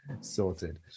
sorted